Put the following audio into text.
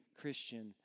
Christian